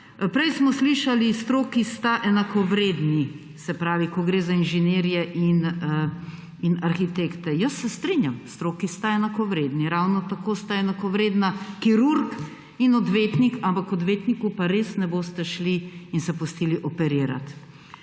Prej smo slišali, stroki sta enakovredni; se pravi, ko gre za inženirje in arhitekte. Se strinjam, stroki sta enakovredni. Ravno tako sta enakovredna kirurg in odvetnik, ampak k odvetniku pa res ne boste šli in se pustili operirati.